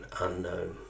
unknown